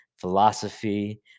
philosophy